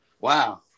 Wow